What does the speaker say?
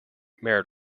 merit